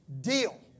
deal